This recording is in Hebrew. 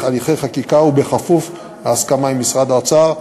הליכי חקיקה ובכפוף להסכמה עם משרד האוצר.